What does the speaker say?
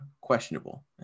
questionable